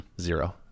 Zero